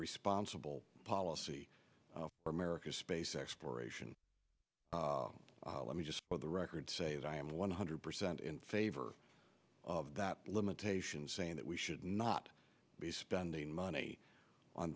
responsible policy or america's space exploration let me just for the record to say that i am one hundred percent in favor of that limitation saying that we should not be spending money on